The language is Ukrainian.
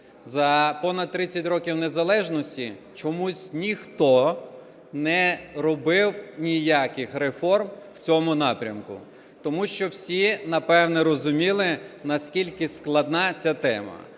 За понад 30 років незалежності чомусь ніхто не робив ніяких реформ в цьому напрямку, тому що всі, напевно, розуміли, наскільки складна ця тема.